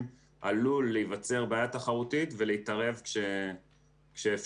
עלולה להיווצר בעיה תחרותית ולהתערב כשאפשר.